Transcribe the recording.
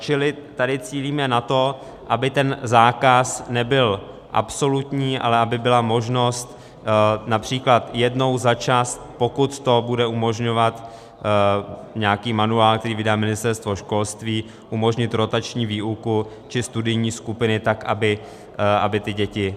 Čili tady cílíme na to, aby ten zákaz nebyl absolutní, ale aby byla možnost například jednou za čas, pokud to bude umožňovat nějaký manuál, který vydá Ministerstvo školství, umožnit rotační výuku či studijní skupiny tak, aby ty děti nezahálely.